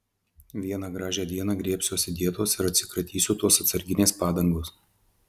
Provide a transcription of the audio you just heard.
vieną gražią dieną griebsiuosi dietos ir atsikratysiu tos atsarginės padangos